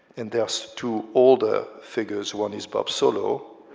and there's two older figures. one is bob solow,